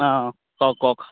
অঁ কওক কওক